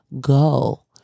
go